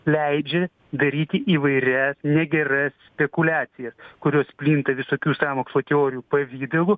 leidžia daryti įvairias negeras spekuliacijas kurios plinta visokių sąmokslo teorijų pavidalu